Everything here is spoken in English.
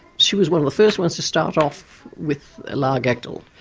she was one of the first ones to start off with largactil,